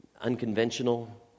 Unconventional